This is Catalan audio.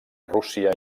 rússia